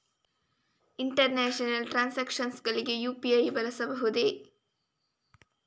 International transactions ಗಳಿಗೆ UPI ಬಳಸಬಹುದೇ?